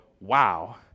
wow